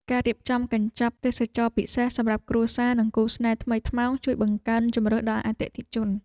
ការរៀបចំកញ្ចប់ទេសចរណ៍ពិសេសសម្រាប់គ្រួសារ និងគូស្នេហ៍ថ្មីថ្មោងជួយបង្កើនជម្រើសដល់អតិថិជន។